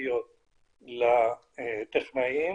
תקופתיות לטכנאים,